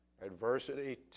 Adversity